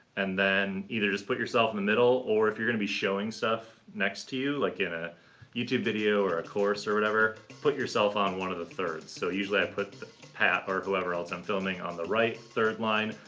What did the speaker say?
and then, either just put yourself in the middle, or if you're gonna be showing stuff next to you, like in a youtube video or a course, or whatever, put yourself on one of the thirds. so, usually, i put the path or whoever else i'm filming on the right third line,